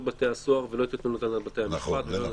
בתי הסוהר ולא את התנהלות בתי המשפט.